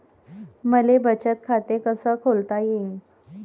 मले बचत खाते कसं खोलता येईन?